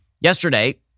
Yesterday